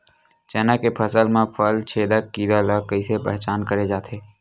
चना के फसल म फल छेदक कीरा ल कइसे पहचान करे जाथे?